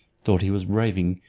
thought he was raving,